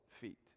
feet